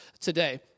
today